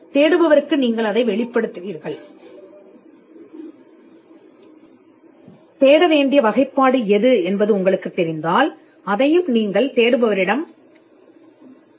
தேடுவோருக்கு நீங்கள் அதை வெளிப்படுத்துவீர்கள் தேட வேண்டிய வகைப்பாடு உங்களுக்குத் தெரிந்தால் அதை நீங்கள் தேடுபவருக்கு விதிக்க வேண்டும்